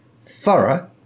thorough